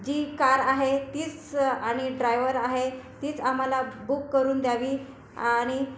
जी car आहे तीच आणि ड्राइवर आहे तीच आम्हाला बुक करून द्यावी आणि